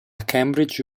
cambridge